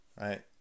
Right